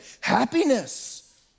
happiness